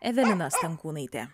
evelina stankūnaitė